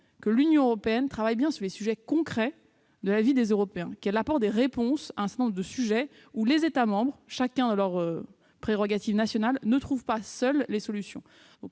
que l'Union européenne travaille bien sur les sujets concrets de la vie des Européens ; qu'elle apporte des réponses à un certain nombre de questions pour lesquelles les États membres, chacun avec ses prérogatives nationales, ne trouvent pas seuls les solutions.